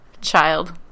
Child